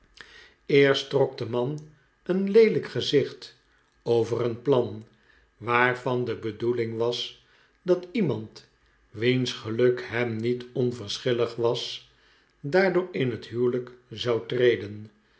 eerst trok de man een leelijk gezicht over een plan waarvan de bedoeling was dat iemand wiens geluk hem niet onverschillig was daardoor in het huwelijk zou treden